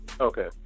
Okay